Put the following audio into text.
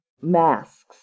masks